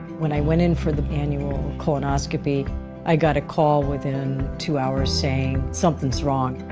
when i went in for the annual colonoscopy i got a call within two hours saying something's wrong.